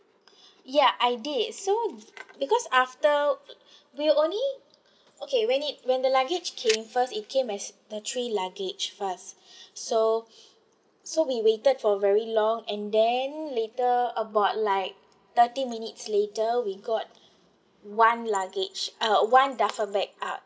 ya I did so because after uh we only okay when it when the luggage came first it came as the three luggage first so so we waited for very long and then later about like thirty minutes later we got one luggage uh one duffel bag uh